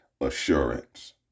assurance